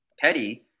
Petty